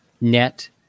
net